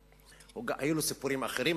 היו לו סיפורים אחרים,